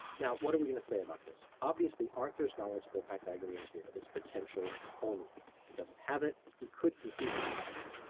now, what are we going to say about this? obviously arthur's knowledge of the pythagorean theorem is potential only. he doesn't have it he could conceivably have it,